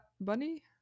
bunny